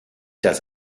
das